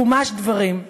חומש דברים,